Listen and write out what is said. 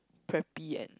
preppy and